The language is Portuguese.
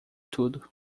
tudo